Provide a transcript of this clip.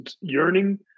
yearning